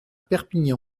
perpignan